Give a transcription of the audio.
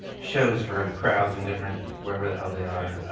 shows for crowds and different wherever the hell they are.